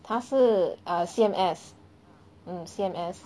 他是 err C_M_S mm C_M_S